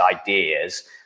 ideas